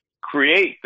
create